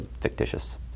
fictitious